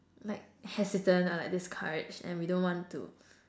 like hesitant or like discouraged and we don't want to